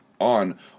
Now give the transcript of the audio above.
on